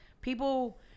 People –